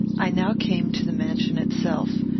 i now came to the mansion itself.